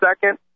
second